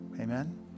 amen